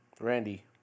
Randy